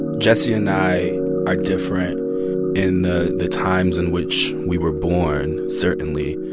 jesse and i are different in the the times in which we were born, certainly.